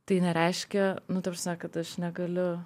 tai nereiškia nu ta prasme kad aš negaliu